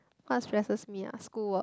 what stresses me ah school work